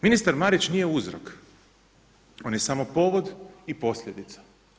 Ministar Marić nije uzrok, on je samo povod i posljedica.